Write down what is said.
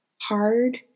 Hard